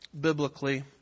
biblically